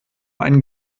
ein